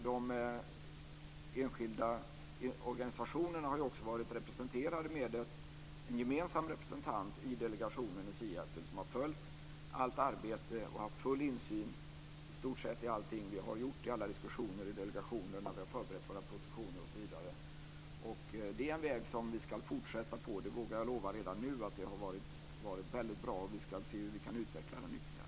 De enskilda organisationerna har också varit representerade av en gemensam representant i delegationen i Seattle, som har följt allt arbete och haft full insyn i stort sett i allting vi har gjort - i alla diskussioner, i delegationen när vi har förberett våra positioner, osv. Det är en väg som vi ska fortsätta på. Det vågar jag lova redan nu. Det har varit väldigt bra, och vi ska se hur vi kan utveckla det ytterligare.